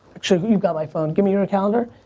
actually you've got my phone. give me your calendar.